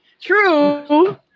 true